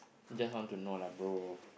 just want to know lah bro